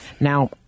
Now